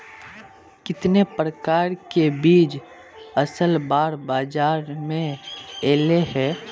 कितने प्रकार के बीज असल बार बाजार में ऐले है?